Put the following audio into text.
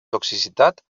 toxicitat